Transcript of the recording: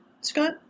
scott